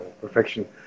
perfection